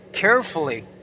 carefully